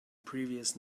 previous